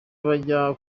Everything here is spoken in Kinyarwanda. bajya